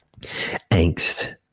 angst